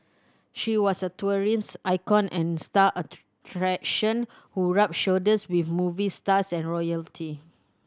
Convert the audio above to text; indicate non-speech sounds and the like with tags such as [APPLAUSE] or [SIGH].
she was a [UNINTELLIGIBLE] icon and star attraction who rubbed shoulders with movie stars and royalty